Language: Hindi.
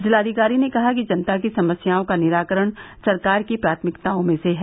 जिलाधिकारी ने कहा कि जनता की समस्याओं का निराकरण सरकार की प्राथमिकताओं में से है